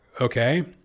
okay